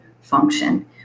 function